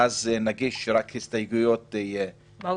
נגיש רק מספר הסתייגויות מהותיות.